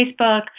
Facebook